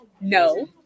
No